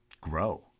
grow